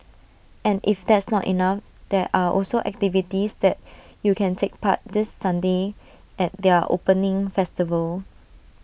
and if that's not enough there are also activities that you can take part this Sunday at their opening festival